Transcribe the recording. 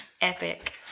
Epic